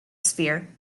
sphere